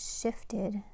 shifted